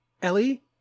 Ellie